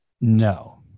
No